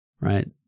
right